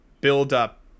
build-up